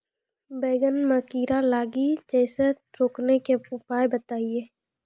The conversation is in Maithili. बैंगन मे कीड़ा लागि जैसे रोकने के उपाय बताइए?